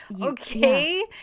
okay